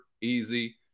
easy